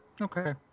Okay